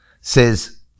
says